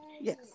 yes